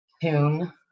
tune